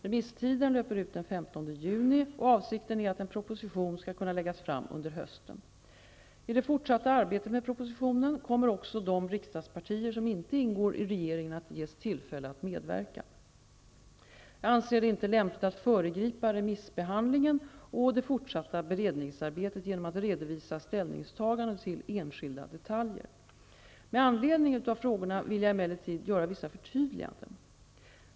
Remisstiden löper ut den 15 juni, och avsikten är att en proposition skall kunna läggas fram under hösten. I det fortsatta arbetet med propositionen kommer också de riksdagspartier som inte ingår i regeringen att ges tillfälle att medverka. Jag anser det inte lämpligt att föregripa remissbehandlingen och det fortsatta beredningsarbetet genom att redovisa ställningstaganden till enskilda detaljer. Med anledning av frågorna vill jag emellertid göra vissa förtydliganden.